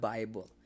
Bible